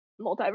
multiverse